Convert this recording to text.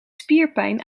spierpijn